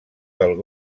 del